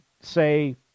say